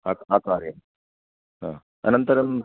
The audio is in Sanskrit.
अस्तु आकारेण अनन्तरम्